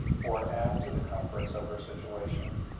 or add to the comforts of her situation.